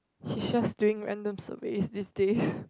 she's just doing random surveys these days